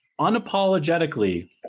unapologetically